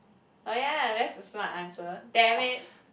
oh ya that's a smart answer damn it